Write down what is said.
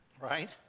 Right